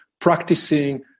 practicing